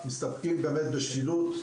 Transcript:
אלא מסתפקים בשילוט,